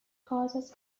courses